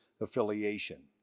affiliation